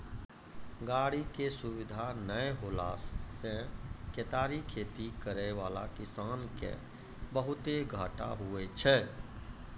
गाड़ी के सुविधा नै होला से केतारी खेती करै वाला किसान के बहुते घाटा हुवै छै